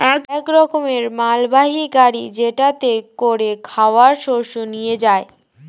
এক রকমের মালবাহী গাড়ি যেটাতে করে খাবার শস্য নিয়ে যায়